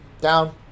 Down